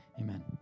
amen